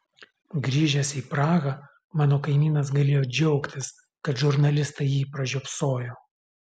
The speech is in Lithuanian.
grįžęs į prahą mano kaimynas galėjo džiaugtis kad žurnalistai jį pražiopsojo